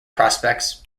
prospects